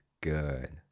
good